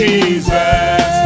Jesus